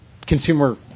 consumer